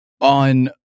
On